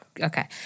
okay